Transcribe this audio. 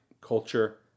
culture